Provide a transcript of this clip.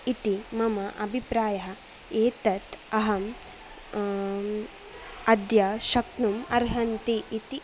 इति मम अभिप्रायः एतत् अहं अद्य शक्नुम् अर्हन्ति इति